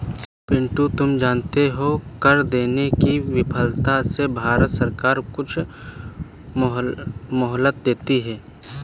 पिंटू तुम जानते हो कर देने की विफलता से भारत सरकार कुछ मोहलत देती है